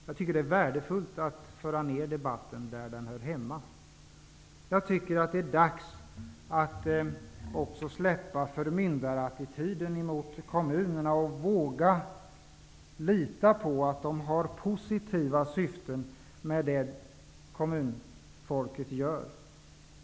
Jag tycker att det är värdefullt att föra ned debatten dit den hör hemma. Jag tycker att det är dags att släppa förmyndarattityden gentemot kommunerna och att våga lita på att kommunfolket har positiva syften med vad de genomför.